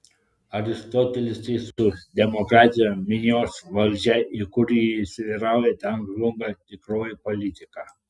aristotelis teisus demokratija minios valdžia ir kur ji įsivyrauja ten žlunga tikroji politika